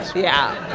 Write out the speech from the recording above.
yeah.